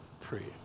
pray